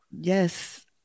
Yes